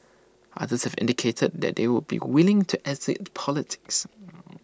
others have indicated that they would be willing to exit politics